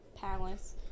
Palace